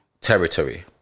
territory